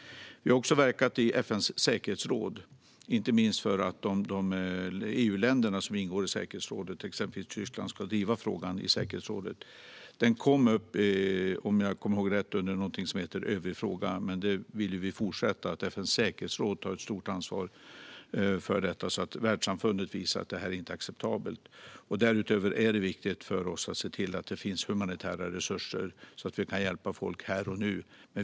Vi har också verkat i FN:s säkerhetsråd, inte minst för att EU-länderna som ingår i säkerhetsrådet - exempelvis Tyskland - ska driva frågan i säkerhetsrådet. Om jag kommer ihåg rätt togs den upp som en övrig fråga, men vi vill fortsätta driva att FN:s säkerhetsråd tar stort ansvar i frågan så att världssamfundet visar att detta inte är acceptabelt. Därutöver är det viktigt för oss att se till att det finns humanitära resurser så att vi kan hjälpa folk här och nu.